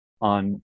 on